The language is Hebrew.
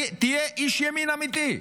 תהיה איש ימין אמיתי,